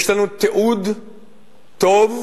יש לנו תיעוד טוב,